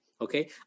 Okay